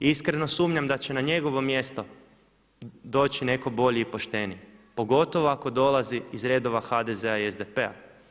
I iskreno sumnjam da će na njegovo mjesto doći netko bolji i pošteniji pogotovo ako dolazi iz redova HDZ-a i SDP-a.